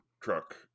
truck